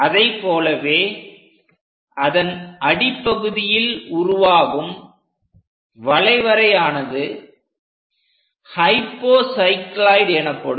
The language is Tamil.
அதைப் போலவே அதன் அடிப்பகுதியில் உருவாகும் வளைவரை ஆனது ஹைபோசைக்ளோயிட் எனப்படும்